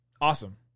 Awesome